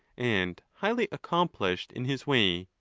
and highly accomplished in his way.